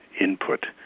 input